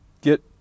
Get